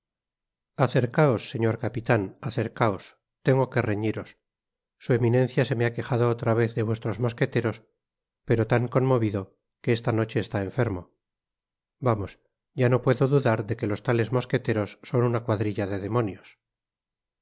acercaos señor capitan acercaos tengo que reñiros su eminencia se me ha quejado otra vez de vuestros mosqueteros pero tan conmovido que esta noche está enfermo vamos ya no puedo dudar de que los tales mosqueteros son una cuadrilla de demonios